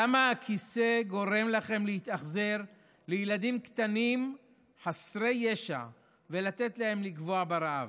למה הכיסא גורם לכם להתאכזר לילדים קטנים חסרי ישע ולתת להם לגווע ברעב?